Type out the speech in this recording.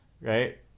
Right